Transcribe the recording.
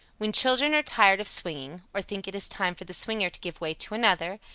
when children are tired of swinging, or think it is time for the swinger to give way to another,